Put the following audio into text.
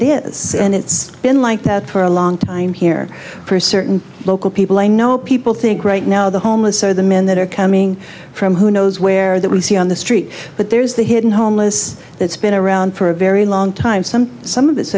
it is and it's been like that for a long time here for certain local people i know people think right now the homeless so the men that are coming from who knows where that we see on the street but there's the hidden homeless that's been around for a very long time some some of it's